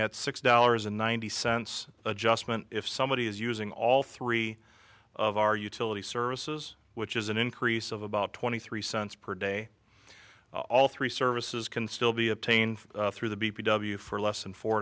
at six dollars and ninety cents adjustment if somebody is using all three of our utility services which is an increase of about twenty three cents per day all three services can still be obtained through the b p w for less than four